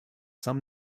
some